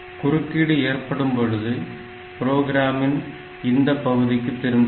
குறுக்கீடு ஏற்படும் பொழுது புரோகிராமின் இந்தப் பகுதிக்கு திரும்புகிறது